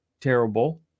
terrible